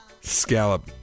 scallop